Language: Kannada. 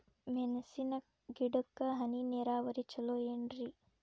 ಮೆಣಸಿನ ಗಿಡಕ್ಕ ಹನಿ ನೇರಾವರಿ ಛಲೋ ಏನ್ರಿ?